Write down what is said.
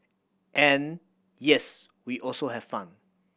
and yes we also have fun